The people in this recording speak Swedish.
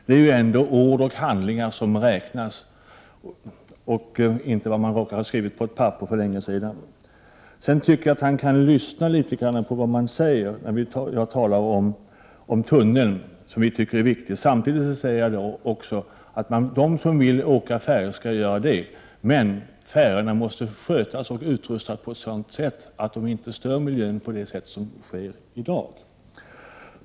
Det är ju ändå ord och handlingar som räknas och inte vad man för länge sedan skrivit på ett papper. Sedan tycker jag att Georg Andersson kan lyssna litet bättre på vad man säger. När jag talade om tunneln, som vi tycker är viktig, sade jag också att de som vill åka färja skall kunna göra det. Men färjorna måste utrustas och skötas på ett sådant sätt att de inte stör miljön på det sätt som sker i dag.